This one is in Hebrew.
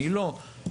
אני לא,